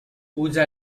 puja